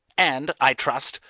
and, i trust,